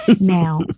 now